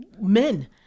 men